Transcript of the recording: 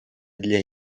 для